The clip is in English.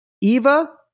Eva